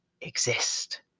exist